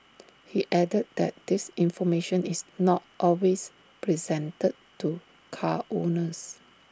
he added that this information is not always presented to car owners